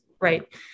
Right